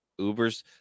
ubers